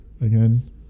again